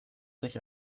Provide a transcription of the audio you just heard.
sich